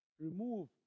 remove